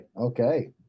Okay